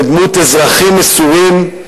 בדמות אזרחים מסורים,